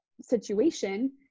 situation